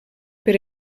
per